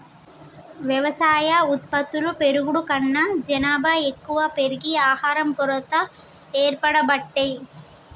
వ్యవసాయ ఉత్పత్తులు పెరుగుడు కన్నా జనాభా ఎక్కువ పెరిగి ఆహారం కొరత ఏర్పడబట్టే